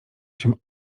się